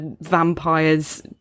vampire's